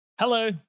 Hello